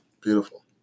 beautiful